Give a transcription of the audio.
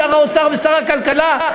שר האוצר ושר הכלכלה,